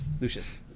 Lucius